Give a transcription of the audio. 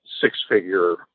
six-figure